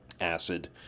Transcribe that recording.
acid